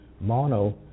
mono-